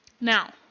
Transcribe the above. Now